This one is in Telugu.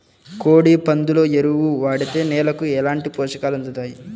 కోడి, పందుల ఎరువు వాడితే నేలకు ఎలాంటి పోషకాలు అందుతాయి